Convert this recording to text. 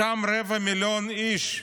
אותם רבע מיליון אנשים,